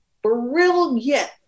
brilliant